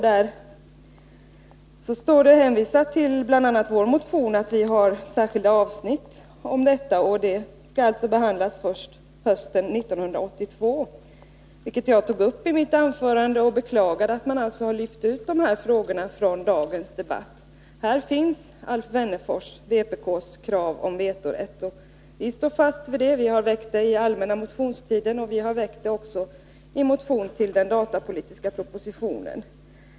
Där hänvisas bl.a. till vår motion och sägs att vi har särskilda avsnitt om detta. Men dessa avsnitt kommer att behandlas först hösten 1982, något som jag tog upp i mitt anförande. Jag beklagade där att man alltså lyft ut dessa frågor från dagens debatt. Här finns, Alf Wennerfors, vpk:s krav om vetorätt. Vi står fast vid detta. Vi har väckt motioner härom under den allmänna motionstiden och även i en motion i anslutning till den datapolitiska propositionen.